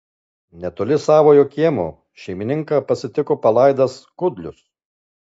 netoli savojo kiemo šeimininką pasitiko palaidas kudlius